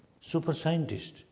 super-scientist